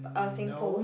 um SingPost